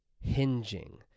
hinging